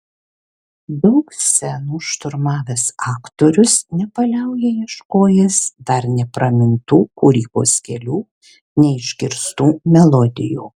daug scenų šturmavęs aktorius nepaliauja ieškojęs dar nepramintų kūrybos kelių neišgirstų melodijų